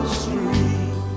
street